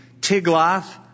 Tiglath